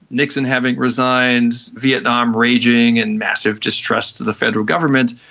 nixon having resigned, vietnam raging and massive distrust of the federal government,